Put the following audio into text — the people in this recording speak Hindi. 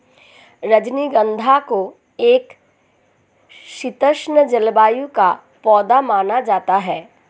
रजनीगंधा को एक शीतोष्ण जलवायु का पौधा माना जाता है